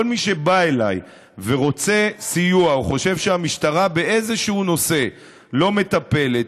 כל מי שבא אליי ורוצה סיוע או חושב שבאיזשהו נושא המשטרה לא מטפלת,